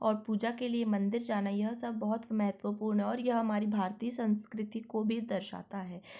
और पूजा के लिए मंदिर जाना यह सब बहुत महत्वपूर्ण और यह हमारी भारतीय संस्कृति को भी दर्शाता है